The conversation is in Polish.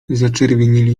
zaczerwienili